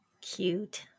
Cute